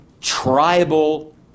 tribal